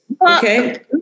Okay